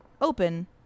open